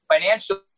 financially